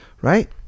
Right